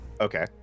Okay